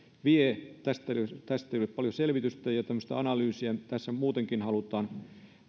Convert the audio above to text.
vie tästä ei ole paljon selvitystä ja tämmöistä analyysiä tässä muutenkin halutaan